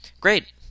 Great